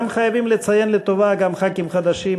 חייבים לציין לטובה גם ח"כים חדשים.